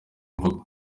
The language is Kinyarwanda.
mvugo